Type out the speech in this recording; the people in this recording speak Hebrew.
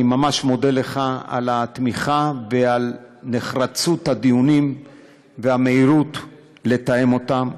אני ממש מודה לך על התמיכה ועל נחרצות הדיונים והמהירות בתיאום שלהם.